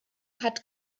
hat